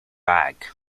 bag